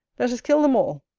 let us kill them all.